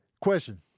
Question